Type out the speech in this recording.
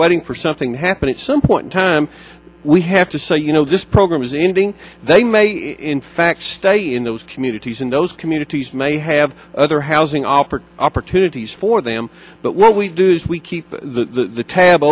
waiting for something happening some point in time we have to say you know this program is ending they may in fact stay in those communities in those communities may have other housing offered opportunities for them but what we do is we keep the tab